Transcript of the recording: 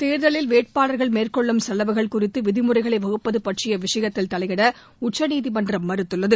தேர்தலில் வேட்பாளர்கள் மேற்கொள்ளும் செலவுகள் குறித்து விதிமுறைகளை வகுப்பது பற்றிய விஷயத்தில் தலையிட உச்சநீதிமன்றம் மறுத்துள்ளது